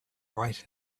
right